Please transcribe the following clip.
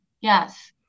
Yes